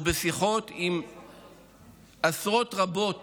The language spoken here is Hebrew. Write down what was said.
ובשיחות עם עשרות רבות